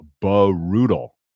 brutal